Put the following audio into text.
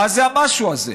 מה זה המשהו הזה?